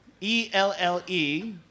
E-L-L-E